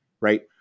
right